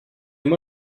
noch